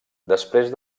després